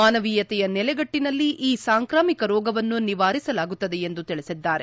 ಮಾನವೀಯತೆಯ ನೆಲೆಗಟ್ಟನಲ್ಲಿ ಈ ಸಾಂಕ್ರಾಮಿಕ ರೋಗವನ್ನು ನಿವಾರಿಸಲಾಗುತ್ತದೆ ಎಂದು ತಿಳಿಸಿದ್ದಾರೆ